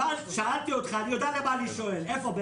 שאלתי אותך, אני יודע למה אני שואל, איפה?